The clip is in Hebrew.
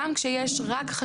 גם כשיש "רק"